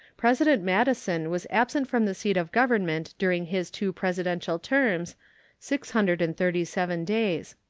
president madison was absent from the seat of government during his two presidential terms six hundred and thirty-seven days.